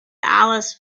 alice